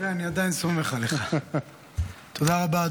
תודה רבה.